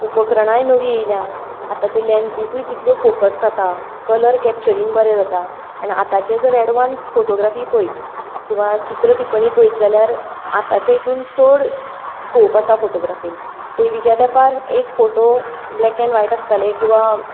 उपक्रणांय नवीं येल्यां आतांचे लॅन्सीसूय तितल्यो फॉकस जाता कलर कॅपचरिंग बरें जाता आनी आतांचें जर एडवान्स फोटोग्रफी पळयत किंवां चित्र पळयत जाल्यार आतांचे हितून चड स्कोप आसा फोटोग्राफींत पयलींच्या तेंपार एक फोटो ब्लॅक अॅन्ड वायट आसताले किंवां